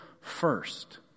first